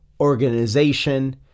organization